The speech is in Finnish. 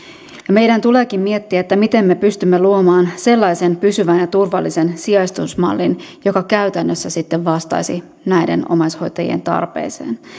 meidän tuleekin miettiä miten me pystymme luomaan sellaisen pysyvän ja turvallisen sijaistusmallin joka käytännössä vastaisi näiden omaishoitajien tarpeeseen